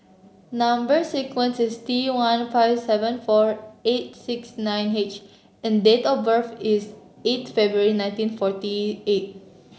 number sequence is T one five seven four eight six nine H and date of birth is eight February nineteen forty eight